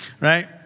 right